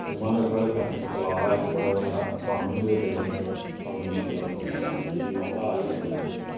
उआं गै साढ़े पैंथल इक्क तलाऽ बड़ा बड्डा शामीं दे बेल्लै शामीं जेह्के मंदरी दे म्हाराज होंदे हे जेह्के